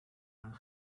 and